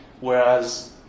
whereas